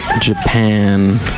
Japan